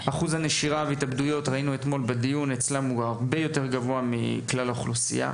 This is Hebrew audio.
אחוז הנשירה וההתאבדויות אצלם הוא הרבה יותר גבוה מכלל האוכלוסייה,